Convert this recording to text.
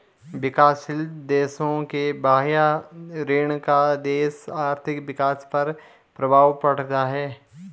विकासशील देशों के बाह्य ऋण का देश के आर्थिक विकास पर प्रभाव पड़ता है